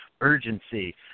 urgency